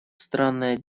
странное